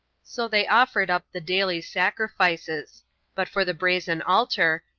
so they offered up the daily sacrifices but for the brazen altar,